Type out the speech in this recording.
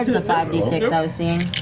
the five d six i was seeing.